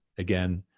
again,